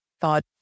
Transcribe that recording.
thought